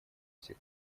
всех